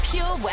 Pure